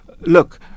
look